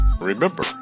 remember